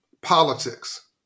politics